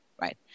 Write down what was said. right